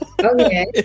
Okay